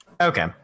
Okay